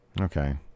okay